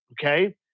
Okay